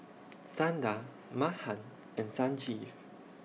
Sundar Mahan and Sanjeev